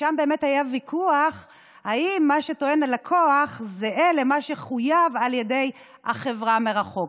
שם היה ויכוח אם מה שטוען הלקוח זהה למה שחויב על ידי החברה מרחוק.